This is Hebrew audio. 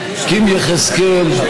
קים יחזקאל,